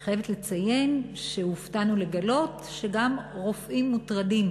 אני חייבת לציין שהופתענו לגלות שגם רופאים מוטרדים,